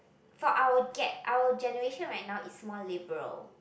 for our gap our generation right now is more liberal